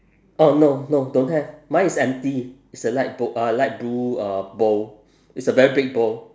oh no no don't have mine is empty it's a light bow~ uh light blue uh bowl it's a very big bowl